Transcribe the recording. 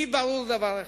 לי ברור דבר אחד: